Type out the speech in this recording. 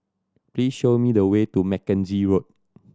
please show me the way to Mackenzie Road